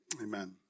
amen